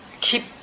Keep